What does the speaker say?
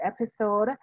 episode